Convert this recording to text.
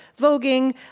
voguing